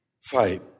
fight